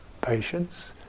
Patience